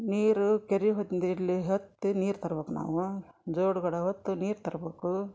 ನೀರು ಕೆರೆ ಹೊಂದಿಲ್ಲಿ ಹೊತ್ತಿ ನೀರು ತರ್ಬೇಕು ನಾವು ಜೋಡ್ ಗಡ ಒತ್ತು ನೀರು ತರ್ಬಕು